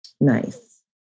Nice